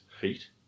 heat